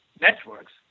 networks